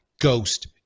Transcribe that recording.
ghost